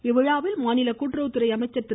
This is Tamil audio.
இவ்விழாவில் மாநில கூட்டுறவுத்துறை அமைச்சர் திரு